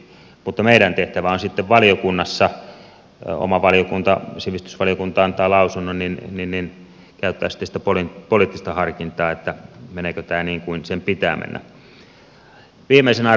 mutta meidän tehtävämme on sitten valiokunnassa oma valiokuntani sivistysvaliokunta antaa lausunnon käytettävä sitä poliittista harkintaa että meneekö tämä niin kuin sen pitää mennä